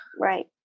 Right